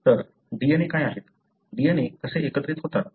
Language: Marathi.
तर DNA काय आहेत DNA कसे एकत्रित होतात